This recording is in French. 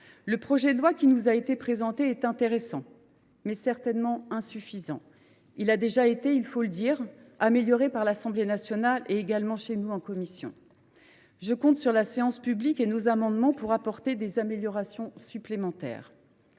Le projet de loi qui nous est présenté est intéressant, mais certainement insuffisant. Il a déjà été, il faut le dire, amélioré par l’Assemblée nationale, ainsi que par notre commission des affaires économiques. Je compte sur la séance publique et nos amendements pour lui apporter des améliorations supplémentaires.